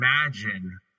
imagine